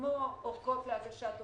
כמו אורכות להגשת דוחות,